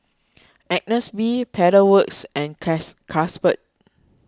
Agnes B Pedal Works and case Carlsberg